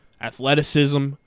athleticism